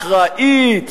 אחראית.